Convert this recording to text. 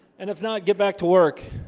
and if not get back to work